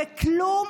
וכלום,